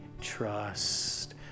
trust